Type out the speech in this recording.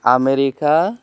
America